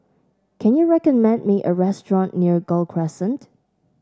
can you recommend me a restaurant near Gul Crescent